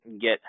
get